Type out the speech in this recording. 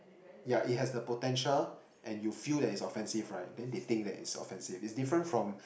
yeah it has the potential and you feel that is offensive right then they think that is offensive is different from